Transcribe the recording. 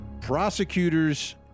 Prosecutors